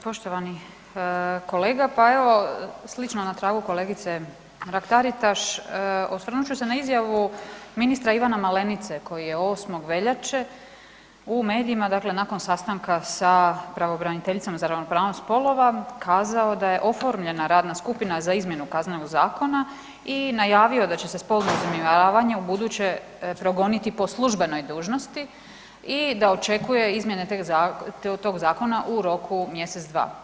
Poštovani kolega, pa evo slično na tragu kolegice Mrak Taritaš osvrnut ću se na izjavu ministra Ivana Malenice koji je 8. veljače u medijima dakle nakon sastanka sa pravobraniteljicom za ravnopravnost spolova kazao da je oformljena radna skupina za izmjenu Kaznenog zakona i najavio da će se spolno uznemiravanje ubuduće progoniti po službenoj dužnosti i da očekuje izmjene tog zakona u roku mjesec, dva.